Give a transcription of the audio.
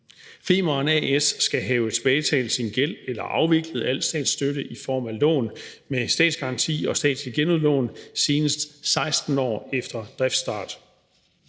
Femern A/S skal have tilbagebetalt sin gæld eller afviklet al statsstøtte i form af lån med statsgaranti og statslig genudlån senest 16 år efter driftsstart.